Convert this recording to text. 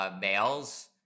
males